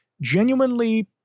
genuinely